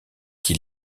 qui